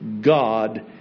God